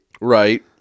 Right